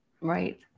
Right